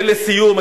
לסיום.